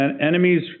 enemies